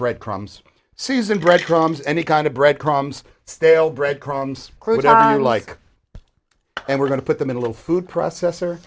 bread crumbs any kind of bread crumbs stale bread crumbs crude i like and we're going to put them in a little food processor